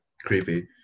creepy